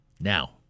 now